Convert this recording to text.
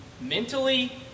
mentally